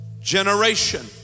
generation